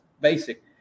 basic